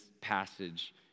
passage